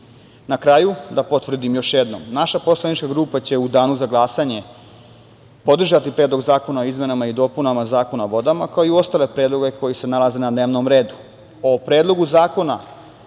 kraju, da potvrdim još jednom, naša poslanička grupa će u danu za glasanje podržati Predlog zakona o izmenama i dopunama Zakona o vodama, kao i ostale predloge koji se nalaze na dnevnom redu.O